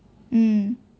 mm